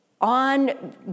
on